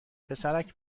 پسرک